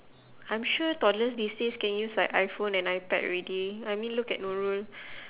I'm sure toddlers these days can use like iphone and ipad already I mean look at nurul